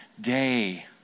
day